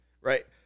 right